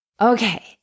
Okay